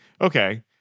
okay